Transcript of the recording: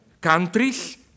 countries